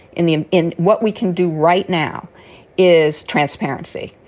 in the and in what we can do right now is transparency.